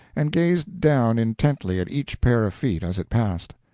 and gazed down intently at each pair of feet as it passed.